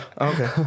Okay